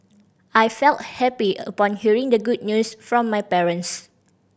I felt happy upon hearing the good news from my parents